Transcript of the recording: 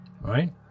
right